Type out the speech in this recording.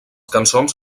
cançons